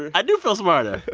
and i do feel smarter. ah